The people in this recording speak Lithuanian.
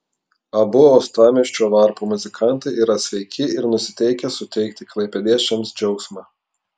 abu uostamiesčio varpų muzikantai yra sveiki ir nusiteikę suteikti klaipėdiečiams džiaugsmą